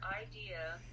idea